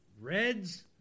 Reds